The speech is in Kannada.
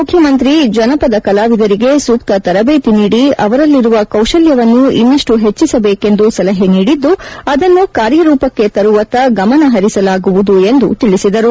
ಮುಖ್ಯಮಂತ್ರಿ ಜನಪದ ಕಲಾವಿದರಿಗೆ ಸೂಕ್ತ ತರಬೇತಿ ನೀಡಿ ಅವರಲ್ಲಿರುವ ಕೌಶಲ್ತವನ್ನು ಇನ್ನಷ್ಟು ಹೆಚ್ಚಿಸಬೇಕೆಂದು ಸಲಹೆ ನೀಡಿದ್ದು ಅದನ್ನು ಕಾರ್ಯರೂಪಕ್ಷೆ ತರುವತ್ತ ಗಮನ ಪರಿಸಲಾಗುವುದು ಎಂದು ತಿಳಿಸಿದರು